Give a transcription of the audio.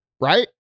right